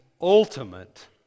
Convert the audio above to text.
ultimate